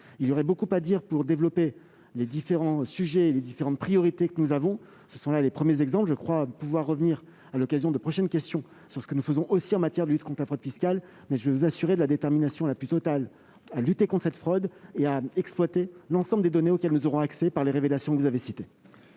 Il y aurait beaucoup à dire pour développer les différents sujets et priorités que nous avons. Je crois pouvoir revenir, à l'occasion de prochaines questions, sur ce que nous faisons aussi en matière de lutte contre la fraude fiscale, et je veux vous assurer de ma détermination la plus totale à lutter contre cette fraude et à exploiter l'ensemble des données auxquelles nous aurons accès par les révélations que vous avez citées.